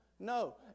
No